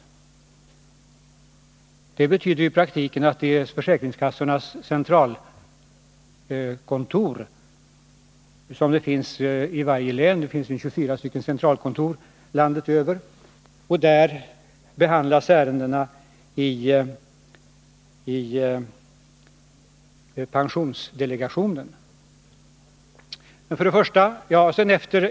Det betyder i praktiken att ärendena handläggs av försäkringskassornas centralkontor — det finns 24 sådana i landet, ett i varje län — och där behandlas de i pensionsdelegationen.